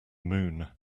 moon